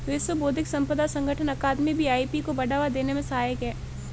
विश्व बौद्धिक संपदा संगठन अकादमी भी आई.पी को बढ़ावा देने में सहायक है